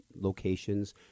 locations